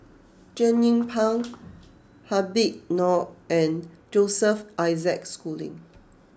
Jernnine Pang Habib Noh and Joseph Isaac Schooling